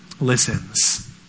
Listens